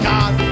God